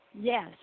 Yes